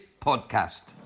podcast